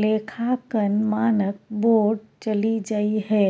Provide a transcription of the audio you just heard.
लेखांकन मानक बोर्ड चलि जइहै